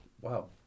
Wow